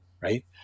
right